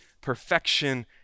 perfection